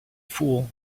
fool